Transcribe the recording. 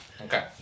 Okay